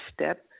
step